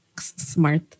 smart